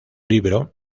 libro